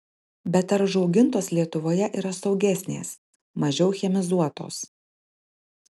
bet ar užaugintos lietuvoje yra saugesnės mažiau chemizuotos